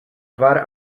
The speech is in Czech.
tvar